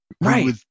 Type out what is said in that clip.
right